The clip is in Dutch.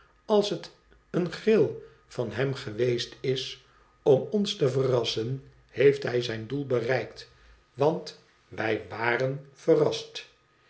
als het eene gril van hem geweest is om ons te verrassen heeft hij zijn doel bereikt want wij wdren verrast